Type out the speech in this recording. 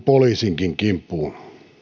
poliisinkin kimppuun